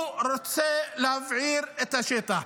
הוא רוצה להבעיר את השטח.